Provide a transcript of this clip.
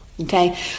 Okay